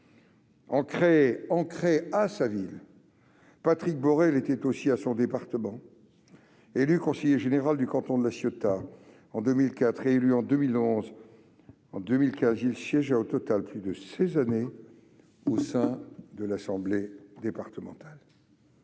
Ancré à sa ville, Patrick Boré l'était aussi à son département. Il fut élu conseiller général du canton de La Ciotat en 2004, réélu en 2011 et 2015, et siégea au total plus de seize années au sein de l'assemblée départementale.